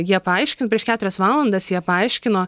jie paaiškino prieš keturias valandas jie paaiškino